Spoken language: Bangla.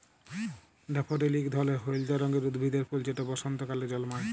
ড্যাফোডিল ইক ধরলের হইলদা রঙের উদ্ভিদের ফুল যেট বসল্তকালে জল্মায়